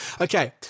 Okay